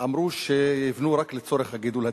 אמרו שיבנו רק לצורך הגידול הטבעי.